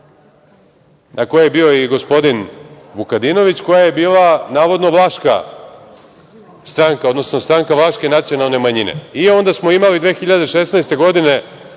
na kojoj je bio i gospodin Vukadinović, koja je bila navodno vlaška stranka, odnosno stranka vlaške nacionalne manjine. I onda smo imali 2016. godine